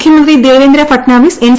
മുഖ്യമന്ത്രി ദേവേന്ദ്ര ഫട്നാവിസ് എൻ